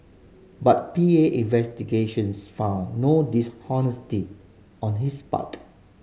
but P A investigations found no dishonesty on his part